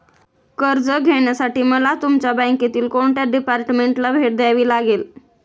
कर्ज घेण्यासाठी मला तुमच्या बँकेतील कोणत्या डिपार्टमेंटला भेट द्यावी लागेल?